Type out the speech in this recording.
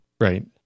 Right